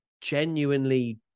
genuinely